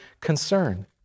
concern